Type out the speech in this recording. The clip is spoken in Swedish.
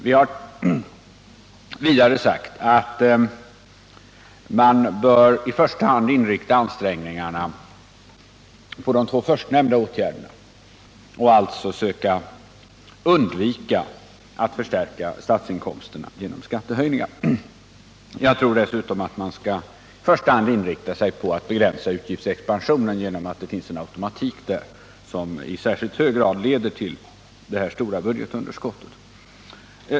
Vi har vidare sagt att man i första hand bör inrikta ansträngningarna på de två förstnämnda åtgärderna och alltså söka undvika att förstärka statsinkomsterna genom skattehöjningar. Jag tror att man framför allt skall inrikta sig på att begränsa utgiftsexpansionen. Det finns där en automatik som i särskilt hög grad leder till stora budgetunderskott.